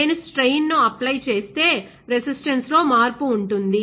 నేను స్ట్రెయిన్ ను అప్లై చేస్తే రెసిస్టెన్స్ లో మార్పు ఉంటుంది